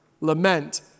lament